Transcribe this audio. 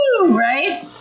Right